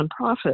nonprofit